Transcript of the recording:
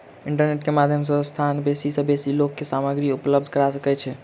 internet के माध्यम सॅ संस्थान बेसी सॅ बेसी लोक के सामग्री उपलब्ध करा सकै छै